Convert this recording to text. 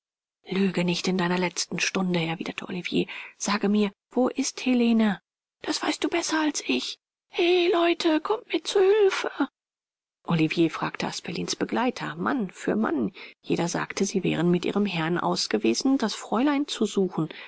lüge nicht in deiner letzten stunde erwiderte olivier sage mir wo ist helene das weißt du besser als ich he leute kommt mir zur hülfe oliver fragte asperlins begleiter mann für mann jeder sagte sie wären mit ihrem herrn ausgewesen das fräulein zu suchen